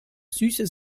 süße